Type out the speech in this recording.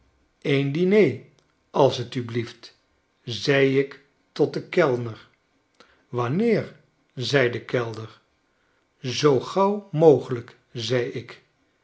een diner als t u belieft zei ik tot den kellner wanneer zei de kellner zoo gauw mogelyk zei ik